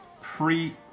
Pre